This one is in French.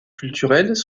culturels